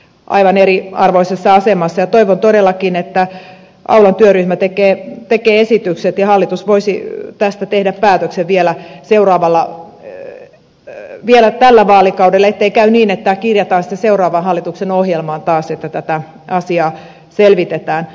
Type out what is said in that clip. aivan eri arvoisessa asemassa ja toivon todellakin että aulan työryhmä tekee esitykset ja hallitus voisi tästä tehdä päätöksen vielä tällä vaalikaudella ettei käy niin että kirjataan sitten seuraavan hallituksen ohjelmaan taas että tätä asiaa selvitetään